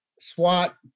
SWAT